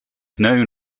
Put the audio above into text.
known